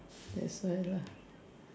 that's why lah